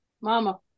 mama